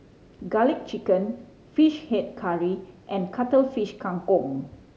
Garlic Chicken Fish Head Curry and Cuttlefish Kang Kong